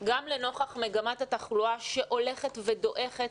גם לנוכח מגמת התחלואה שהולכת ודועכת,